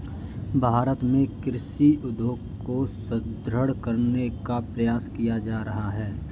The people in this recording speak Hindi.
भारत में कृषि उद्योग को सुदृढ़ करने का प्रयास किया जा रहा है